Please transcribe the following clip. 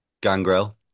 Gangrel